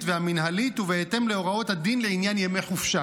והמינהלית ובהתאם להוראות הדין לעניין ימי חופשה.